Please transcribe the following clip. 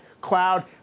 Cloud